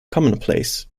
commonplace